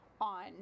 on